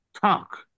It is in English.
talk